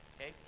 Okay